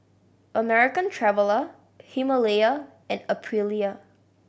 American Traveller Himalaya and Aprilia